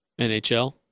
NHL